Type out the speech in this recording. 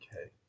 Okay